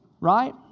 Right